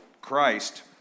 Christ